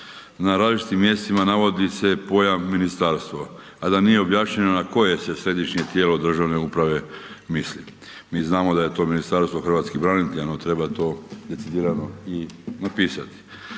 na različitim mjestima navodi se pojam ministarstvo a da nije objašnjeno na koje se središnje tijelo državne uprave misli. Mi znamo da je to Ministarstvo hrvatskih branitelja no treba to precizirano i napisati.